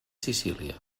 sicília